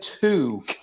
two